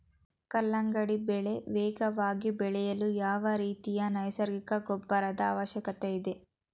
ಕಲ್ಲಂಗಡಿ ಬೆಳೆ ವೇಗವಾಗಿ ಬೆಳೆಯಲು ಯಾವ ರೀತಿಯ ನೈಸರ್ಗಿಕ ಗೊಬ್ಬರದ ಅವಶ್ಯಕತೆ ಇದೆ?